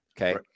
Okay